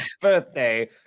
birthday